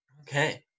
Okay